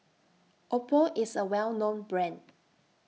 Oppo IS A Well known Brand